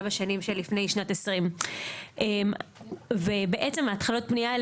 בשנים של לפני שנת 2020. בעצם ההתחלות בנייה האלה,